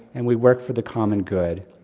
and we work for the common good,